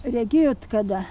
regėjot kada